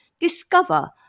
Discover